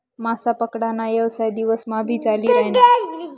मासा पकडा ना येवसाय दिवस मा भी चाली रायना